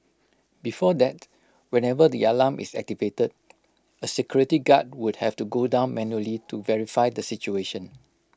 before that whenever the alarm is activated A security guard would have to go down manually to verify the situation